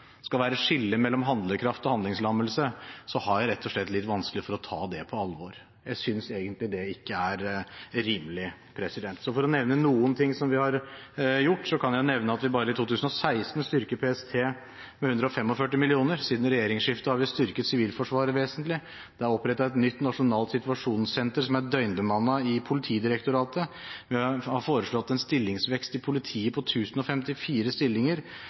skal være skille mellom handlekraft og handlingslammelse, har jeg rett og slett litt vanskelig for å ta det på alvor. Jeg synes egentlig det ikke er rimelig. Jeg kan nevne noen ting vi har gjort: Bare i 2016 styrket vi PST med 145 mill. kr, siden regjeringsskiftet har vi styrket Sivilforsvaret vesentlig, i Politidirektoratet er det opprettet et nytt nasjonalt situasjonssenter som er døgnbemannet, vi har foreslått en stillingsvekst i politiet på 1 054 stillinger,